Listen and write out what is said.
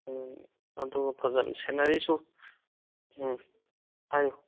ꯎꯝ ꯑꯗꯨꯒ ꯐꯖꯅ ꯁꯤꯅꯔꯤꯁꯨ ꯎꯝ ꯍꯥꯏꯌꯨ